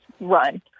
run